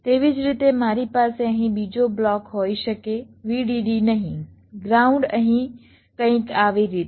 તેવી જ રીતે મારી પાસે અહીં બીજો બ્લોક હોઈ શકે VDD અહીં ગ્રાઉન્ડ અહીં કંઈક આવી રીતે